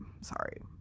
Sorry